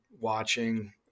watching